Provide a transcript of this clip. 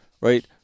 right